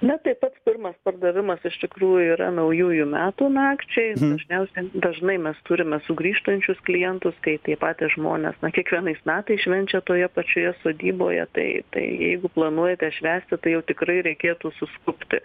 ne tai pats pirmas pardavimas iš tikrųjų yra naujųjų metų nakčiai dažniausia dažnai mes turime sugrįžtančius klientus kai tie patys žmonės na kiekvienais metais švenčia toje pačioje sodyboje tai tai jeigu planuojate švęsti tai jau tikrai reikėtų suskubti